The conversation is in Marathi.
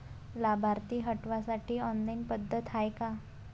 लाभार्थी हटवासाठी ऑनलाईन पद्धत हाय का?